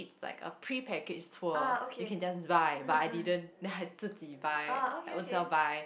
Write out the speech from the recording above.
like a pre packaged tour you can just buy but I didn't then I 自己 buy own self buy